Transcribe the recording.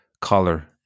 color